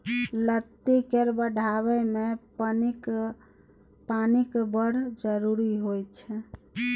लत्ती केर बढ़य मे पानिक बड़ जरुरी होइ छै